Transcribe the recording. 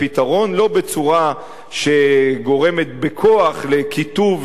לא בצורה שגורמת בכוח לקיטוב ושיסוי,